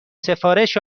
سفارش